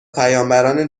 پیامبران